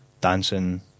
dancing